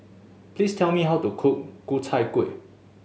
please tell me how to cook Ku Chai Kueh